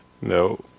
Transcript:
No